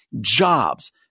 jobs